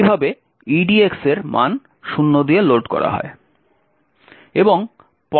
এইভাবে edx এর মান 0 দিয়ে লোড করা হয়